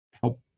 help